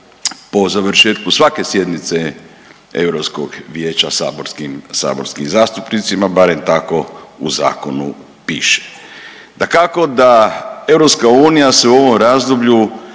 po završetku svake sjednice Europskog vijeća saborskim zastupnicima barem tako u zakonu piše. Dakako da EU se u ovom razdoblju